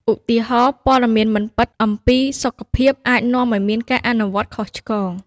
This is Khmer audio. ឧទាហរណ៍ ព័ត៌មានមិនពិតអំពីសុខភាពអាចនាំឲ្យមានការអនុវត្តខុសឆ្គង។